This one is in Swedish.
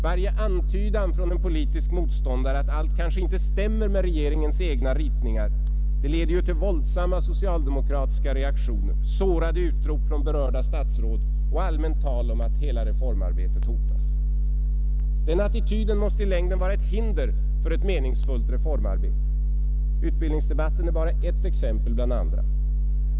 Varje antydan från en politisk motståndare att allt kanske inte stämmer med regeringens egna ritningar leder till våldsamma socialdemokratiska reaktioner, sårade utrop från berörda statsråd och allmänt tal om att hela reformarbetet hotas. Den attityden måste i längden vara ett hinder för ett meningsfullt reformarbete. Utbildningsdebatten är bara ett exempel bland andra.